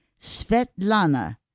Svetlana